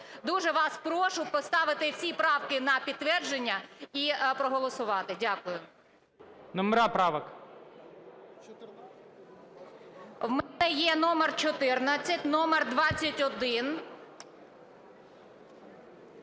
Дуже вас прошу поставити всі правки на підтвердження і проголосувати. Дякую.